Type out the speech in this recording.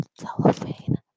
cellophane